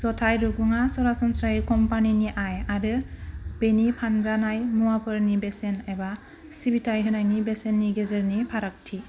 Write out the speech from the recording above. जथाइ रुगुङा सरासनस्रायै कम्पानिनि आय आरो बेनि फानजानाय मुवाफोरनि बेसेन एबा सिबिथाइ होनायनि बेसेननि गेजेरनि फारागथि